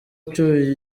ucyuye